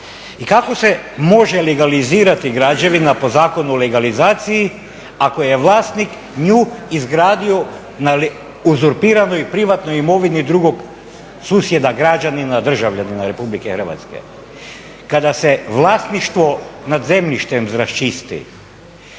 I kako se može legalizirati građevina po Zakonu o legalizaciju ako je vlasnik nju izgradio na uzurpiranoj privatnoj imovini drugog susjeda, građanina, državljanina Republike Hrvatske? Kada se vlasništvo nad zemljištem raščisti